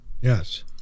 Yes